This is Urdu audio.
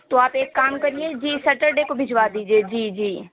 تو آپ ایک کام کریے جی سٹرڈے کو بھیجوا دیجیے جی جی